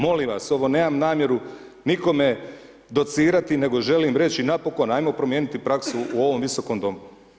Molim vas, ovo nemam namjeru nikome docirati nego želim reći napokon ajmo promijeniti praksu u ovom Visokom domu.